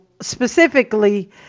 specifically